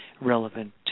relevant